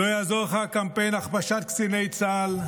לא יעזור לך קמפיין הכפשת קציני צה"ל.